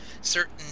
certain